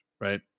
right